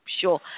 sure